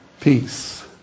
Peace